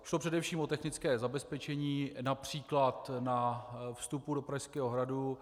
Šlo především o technické zabezpečení, např. na vstupu do Pražského hradu.